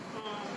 uh